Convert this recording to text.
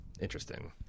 interesting